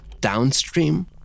Downstream